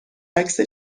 عکس